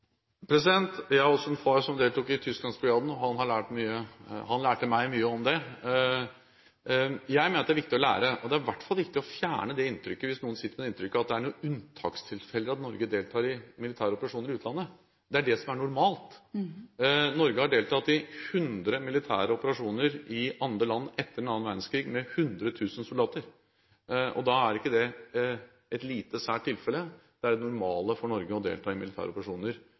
Jeg har også en far som deltok i Tysklandsbrigaden. Han lærte meg mye om det. Jeg mener at det er viktig å lære, og det er i hvert fall viktig å fjerne det inntrykket – hvis noen sitter med det inntrykket – at det er noe unntakstilfelle at Norge deltar i militære operasjoner i utlandet. Det er det som er normalt. Norge har deltatt i 100 militære operasjoner med 100 000 soldater i andre land etter annen verdenskrig. Da er ikke det et lite, sært tilfelle. Det er det normale for Norge å delta i